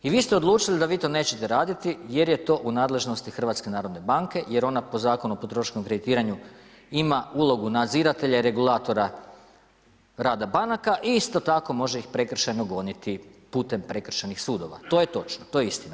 I vi ste odlučili da vi to neće raditi jer je to u nadležnosti HNB-a jer ona po Zakonu o potrošačkom kreditiranju ima ulogu nadziratelja i regulatora rada banaka i isto tako može ih prekršajno goniti putem prekršajnih sudova, to je točno, to je istina.